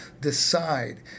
decide